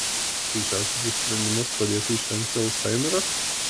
kryžiažodžių sprendimas padėtų išvengti alzhaimerio